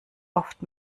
oft